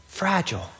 Fragile